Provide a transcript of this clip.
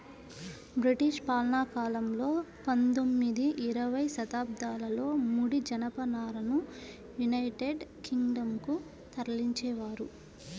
British పాలనాకాలంలో పందొమ్మిది, ఇరవై శతాబ్దాలలో ముడి జనపనారను యునైటెడ్ కింగ్ డం కు తరలించేవారు